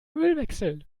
ölwechsel